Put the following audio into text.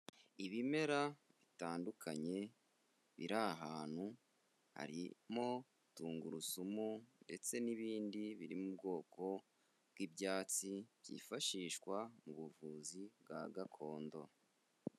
Ibimera bitandukanye biri ahantu, harimo tungurusumu ndetse n'ibindi, biri mu bwoko bw'ibyatsi byifashishwa mu buvuzi bwa gakondo.